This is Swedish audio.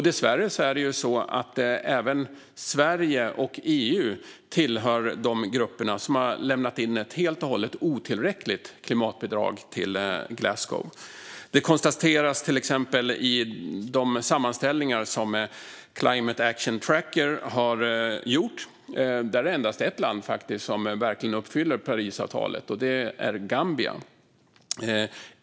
Dessvärre tillhör även Sverige och EU de grupper som har lämnat in ett helt och hållet otillräckligt klimatbidrag till Glasgow. Det konstateras till exempel i de sammanställningar som Climate Action Tracker har gjort. Där är det endast ett land som verkligen uppfyller Parisavtalet, och det är Gambia.